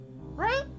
Right